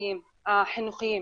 החברתיים החינוכיים,